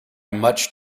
much